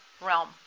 realm